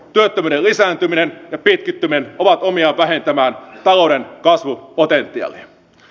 työttömyyden lisääntyminen ja pitkittyminen ovat omiaan vähentämään talouden kasvupotentiaalia